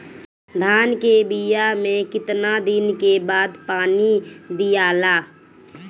धान के बिया मे कितना दिन के बाद पानी दियाला?